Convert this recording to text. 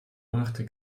brachte